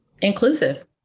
inclusive